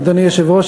אדוני היושב-ראש,